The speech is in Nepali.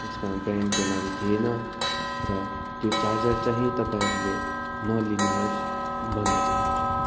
त्यसमा ब्रान्डको नाम थिएन र त्यो चार्जर चाहिँ तपाईँहरूले नलिनुहोस् भन्न चाहन्छु